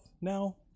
now